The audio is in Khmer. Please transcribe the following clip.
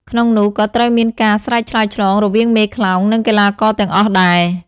ក្នុងនោះក៏ត្រូវមានការ ស្រែកឆ្លើយឆ្លង រវាងមេខ្លោង និងកីឡាករទាំងអស់ដែរ។